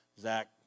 Zach